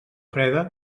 freda